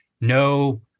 no